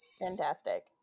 fantastic